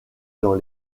dans